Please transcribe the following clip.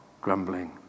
grumbling